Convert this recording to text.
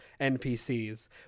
NPCs